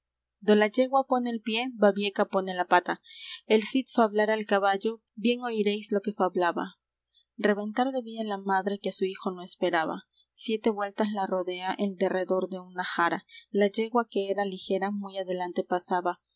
la yegua pone el pié babieca pone la pata el cid fablara al caballo bien oiréis lo que fablaba reventar debía la madre que á su hijo no esperaba siete vueltas la rodea al derredor de una jara la yegua que era ligera muy adelante pasaba